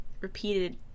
repeated